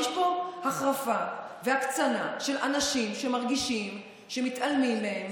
יש פה החרפה והקצנה של אנשים שמרגישים שמתעלמים מהם